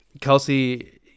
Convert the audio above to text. kelsey